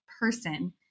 person